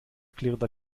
klirrender